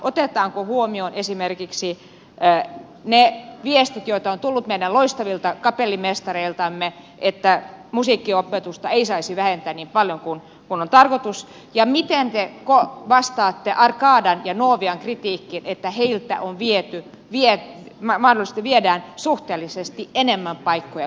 otetaanko huomioon esimerkiksi ne viestit joita on tullut meidän loistavilta kapellimestareiltamme että musiikkiopetusta ei saisi vähentää niin paljon kuin on tarkoitus ja miten te vastaatte arcadan ja novian kritiikkiin että heiltä mahdollisesti viedään suhteellisesti enemmän paikkoja kuin muilta